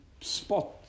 spot